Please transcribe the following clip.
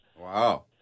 Wow